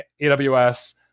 AWS